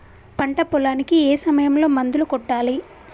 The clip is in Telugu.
పంట పొలానికి ఏ సమయంలో మందులు కొట్టాలి?